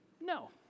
No